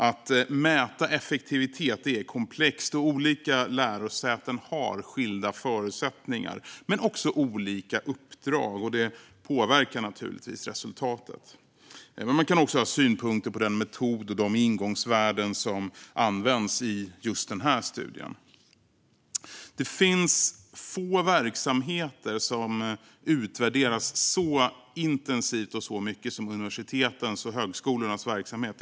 Att mäta effektivitet är komplext, och olika lärosäten har skilda förutsättningar, men också olika uppdrag, och det påverkar naturligtvis resultatet. Man kan också ha synpunkter på den metod och de ingångsvärden som används i just den här studien. Det finns få verksamheter som utvärderas så intensivt och så mycket som universitetens och högskolornas verksamhet.